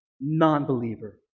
non-believer